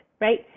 Right